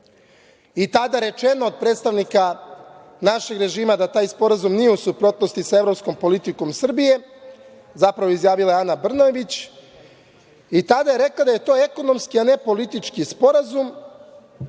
Tada je rečeno od predstavnika našeg režima da taj sporazum nije u suprotnosti sa evropskom politikom Srbije, zapravo izjavila je Ana Brnabić i tada je rekla da je to ekonomski, a ne politički sporazum